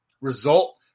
result